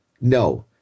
No